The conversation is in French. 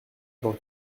dans